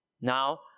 Now